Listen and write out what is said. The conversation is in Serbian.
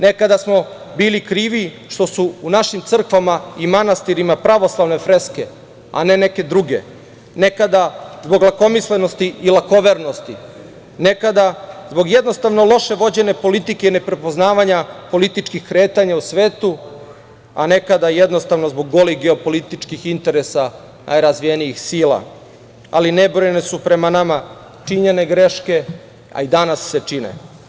Nekada smo bili krivi što su u našim crkvama i manastirima pravoslavne freske, a ne neke druge, nekada zbog lakomislenosti i lakovernosti, nekada zbog, jednostavno, loše vođene politike i ne prepoznavanja političkih kretanja u svetu, a nekada jednostavno zbog golih geopolitičkih interesa, najrazvijenijih sila, ali nebrojeno su prema nama činjene greške, a i danas se čine.